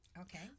Okay